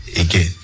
again